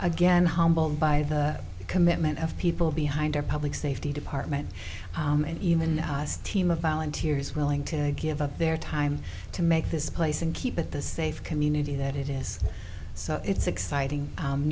again humbled by the commitment of people behind our public safety department and even the us team of volunteers willing to give up their time to make this place and keep it the safe community that it is so it's exciting